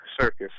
circus